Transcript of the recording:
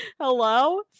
Hello